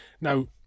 now